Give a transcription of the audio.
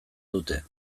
dute